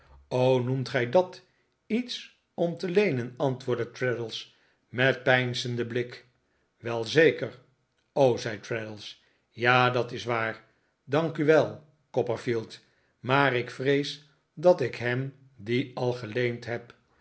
noemt gij dat iets om te leenen antwoordde traddles met een peinzenden blik wel zeker r o zei traddles ja dat is waar dank u wel copperfield maar ik vrees dat ik hem dien al geleend heb